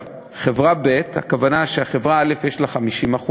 חברה ב', הכוונה שלחברה א' יש 50%,